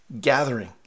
gathering